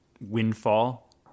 windfall